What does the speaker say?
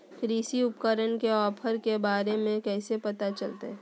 कृषि उपकरण के ऑफर के बारे में कैसे पता चलतय?